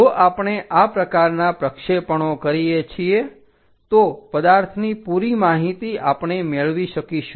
જો આપણે આ પ્રકારના પ્રક્ષેપણો કરીએ છીએ તો પદાર્થની પૂરી માહિતી આપણે મેળવી શકીશું